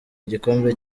igikombe